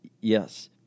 Yes